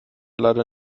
leider